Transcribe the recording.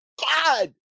God